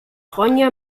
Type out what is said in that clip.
ronja